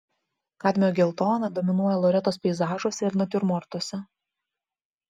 kadmio geltona dominuoja loretos peizažuose ir natiurmortuose